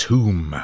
Tomb